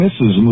Mrs